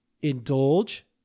Indulge